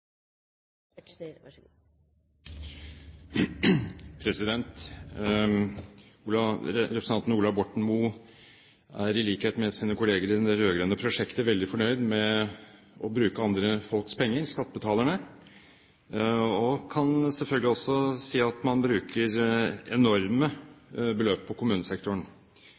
i likhet med sine kolleger i det rød-grønne prosjektet veldig fornøyd med å bruke skattebetalernes penger, og kan selvfølgelig også si at man bruker enorme beløp på kommunesektoren.